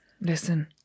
listen